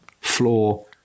floor